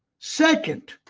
second,